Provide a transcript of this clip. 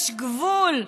יש גבול.